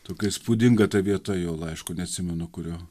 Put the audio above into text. tokia įspūdinga ta vieta jo laiško neatsimenu kurio